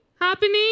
happening